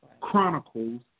Chronicles